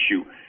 issue